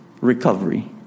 recovery